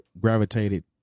gravitated